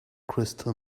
crystal